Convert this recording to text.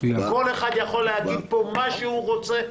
כל אחד יכול להגיד פה מה שהוא רוצה.